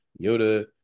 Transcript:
Yoda